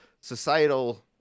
societal